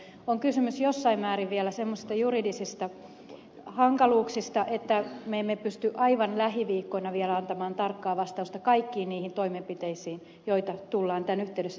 mutta on kysymys jossain määrin vielä semmoisista juridisista hankaluuksista että me emme pysty aivan lähiviikkoina vielä antamaan tarkkaa vastausta kaikkiin niihin toimenpiteisiin joita tullaan tämän yhteydessä tekemään